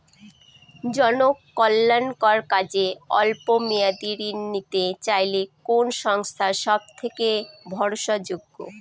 জনকল্যাণকর কাজে অল্প মেয়াদী ঋণ নিতে চাইলে কোন সংস্থা সবথেকে ভরসাযোগ্য?